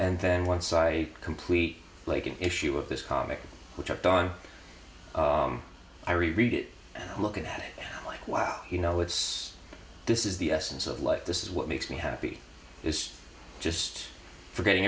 and then once i complete like an issue of this comic which i've done i reread it and look at it like wow you know it's this is the essence of life this is what makes me happy is just forgetting